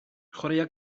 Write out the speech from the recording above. chwaraea